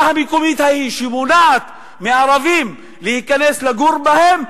מקומית שמונעים מאזרחים ערבים להתקבל לגור בהם,